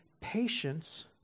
patience